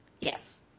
Yes